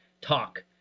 talk